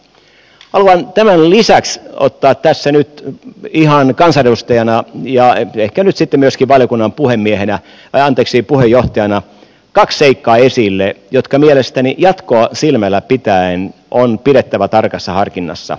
haluan tämän lisäksi ottaa tässä nyt ihan kansanedustajana ja ehkä nyt sitten myöskin valiokunnan puheenjohtajana esille kaksi seikkaa jotka mielestäni jatkoa silmällä pitäen on pidettävä tarkassa harkinnassa